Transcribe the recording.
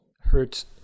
hurts